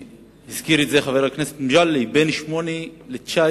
והזכיר את זה חבר הכנסת מגלי והבה, בין 8% ל-19%